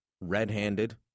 red-handed